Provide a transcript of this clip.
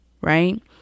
right